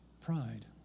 pride